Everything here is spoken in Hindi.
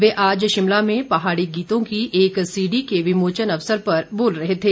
वे आज शिमला में पहाड़ी गीतों की एक सीडी के विमोचन अवसर पर बोल रहे थे